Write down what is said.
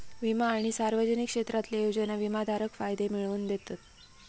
विमा आणि सार्वजनिक क्षेत्रातले योजना विमाधारकाक फायदे मिळवन दितत